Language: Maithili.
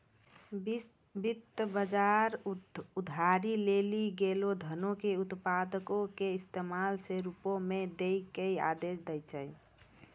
वित्त बजार उधारी लेलो गेलो धनो के उत्पादको के इस्तेमाल के रुपो मे दै के आदेश दै छै